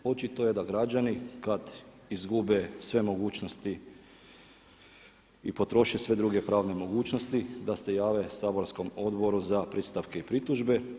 Očito je da građani kada izgube sve mogućnosti i potroše sve druge pravne mogućnosti da se jave saborskom Odboru za predstavke i pritužbe.